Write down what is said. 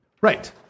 Right